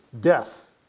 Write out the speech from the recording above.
death